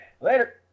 Later